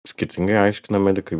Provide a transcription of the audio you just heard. skirtingai aiškina medikai